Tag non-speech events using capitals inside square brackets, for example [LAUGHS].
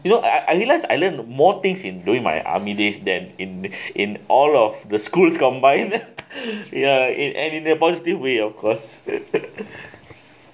you know I I realize I learn more things in during my army days than in in all of the schools [LAUGHS] combine ya it and in a positive way of course